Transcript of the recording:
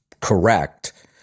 correct